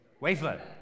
Wafer